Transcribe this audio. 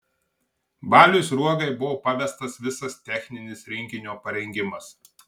baliui sruogai buvo pavestas visas techninis rinkinio parengimas